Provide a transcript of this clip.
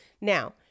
Now